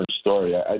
story